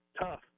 Tough